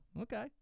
okay